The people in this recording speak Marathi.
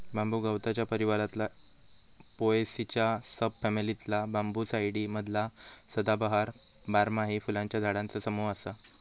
बांबू गवताच्या परिवारातला पोएसीच्या सब फॅमिलीतला बांबूसाईडी मधला सदाबहार, बारमाही फुलांच्या झाडांचा समूह असा